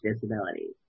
disabilities